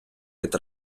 від